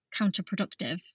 counterproductive